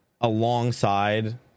alongside